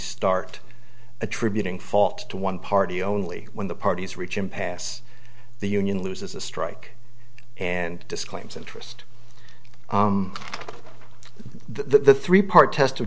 start attributing fault to one party only when the parties reach impasse the union loses a strike and disclaims interest the three part test